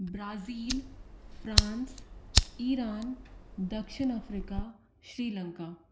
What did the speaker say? Brazil France Iran दक्षिण Africa Sri Lanka